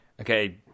Okay